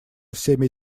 всеми